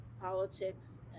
politics